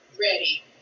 ready